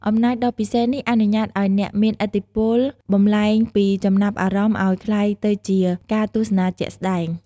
អំណាចដ៏ពិសេសនេះអនុញ្ញាតឱ្យអ្នកមានឥទ្ធិពលបំប្លែងពីចំណាប់អារម្មណ៍ឱ្យក្លាយទៅជាការទស្សនាជាក់ស្តែង។